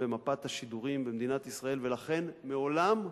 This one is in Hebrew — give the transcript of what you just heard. במפת השידורים במדינת ישראל, ולכן, מעולם,